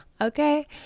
Okay